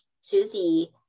Susie